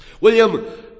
William